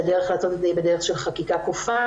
שהדרך לעשות את זה היא בדרך של חקיקה כופה,